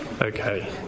Okay